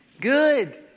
Good